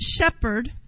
shepherd